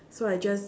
so I just